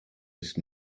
ist